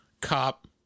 cop